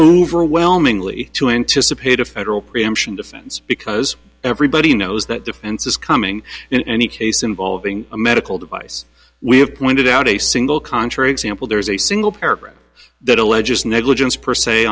overwhelmingly to anticipate a federal preemption defense because everybody knows that defense is coming in any case involving a medical device we have pointed out a single contrary example there is a single paragraph that alleges negligence per se